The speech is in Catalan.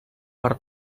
per